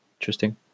Interesting